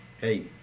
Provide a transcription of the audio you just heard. hey